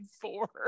four